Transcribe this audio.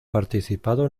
participado